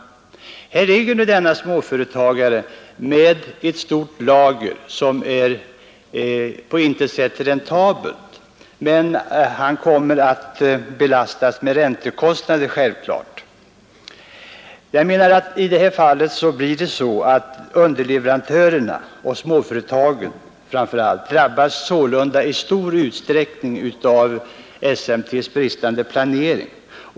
Och här ligger denne småföretagare med ett stort lager som på intet sätt är räntabelt, men självfallet kommer han att belastas med räntekostnader. Underleverantörerna, framför allt småföretagen, drabbas sålunda i stor utsträckning av SMT:s bristande planering.